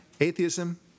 Atheism